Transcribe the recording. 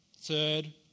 Third